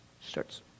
starts